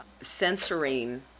censoring